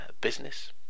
business